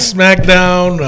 SmackDown